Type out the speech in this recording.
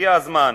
הגיע הזמן,